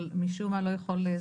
אבל משום מה הוא לא יכול לדבר.